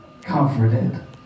comforted